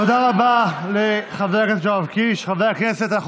תודה רבה לחבר הכנסת יואב קיש.